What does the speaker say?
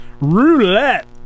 Roulette